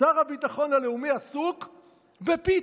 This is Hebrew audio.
שר הביטחון הלאומי עסוק בפיתות.